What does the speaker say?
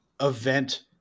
event